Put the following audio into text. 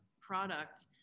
product